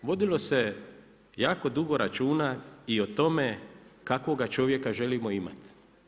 Vodilo se jako dugo računa i o tome, kakvoga čovjeka želimo imati.